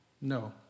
No